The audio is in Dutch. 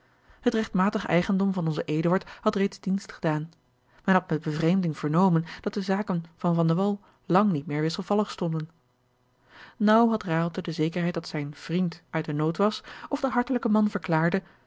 het regtmatig eigendom van onzen eduard had reeds dienst gedaan men had met bevreemding vernomen dat de zaken van van de wall lang niet meer wisselvallig stonden naauw had raalte de zekerheid dat zijn vriend uit den nood was of de hartelijke man verklaarde